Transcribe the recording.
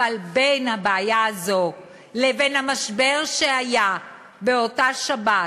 אבל בין הבעיה הזאת לבין המשבר שהיה באותה שבת,